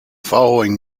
following